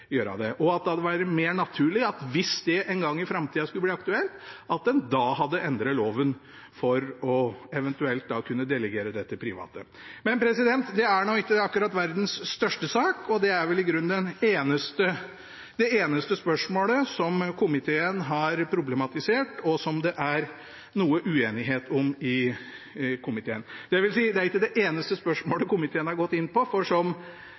gjøre det, og at det hadde vært mer naturlig en gang i framtida, hvis det skulle bli aktuelt, da å endre loven, for eventuelt da å kunne delegere det til private. Men det er nå ikke akkurat verdens største sak, og det er vel i grunnen det eneste spørsmålet som komiteen har problematisert, og som det er noe uenighet om i komiteen. Det vil si, det er ikke det eneste spørsmålet komiteen har gått inn på, for som